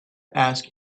ask